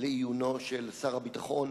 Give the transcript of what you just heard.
לעיונו של שר הביטחון